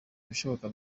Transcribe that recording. ibishoboka